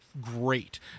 great